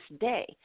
day